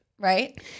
right